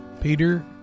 Peter